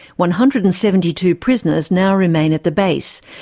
one hundred and seventy two prisoners now remain at the base,